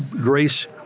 grace